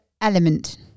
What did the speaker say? element